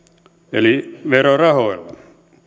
eli verorahoilla